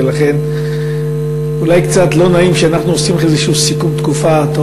ולכן אולי קצת לא נעים שאנחנו עושים איזה סיכום תקופה.